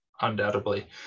undoubtedly